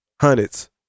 hundreds